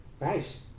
nice